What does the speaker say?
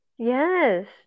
Yes